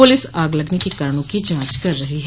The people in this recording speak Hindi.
पुलिस आग लगने के कारणों की जांच कर रही है